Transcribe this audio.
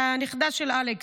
הנכדה של אלכס.